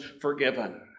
forgiven